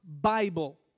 Bible